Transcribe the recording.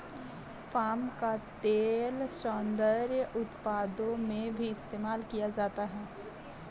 palm का तेल सौन्दर्य उत्पादों में भी इस्तेमाल किया जाता है